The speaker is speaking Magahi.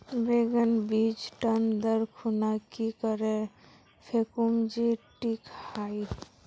बैगन बीज टन दर खुना की करे फेकुम जे टिक हाई?